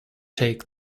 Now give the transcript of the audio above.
take